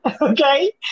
Okay